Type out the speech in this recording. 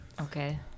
Okay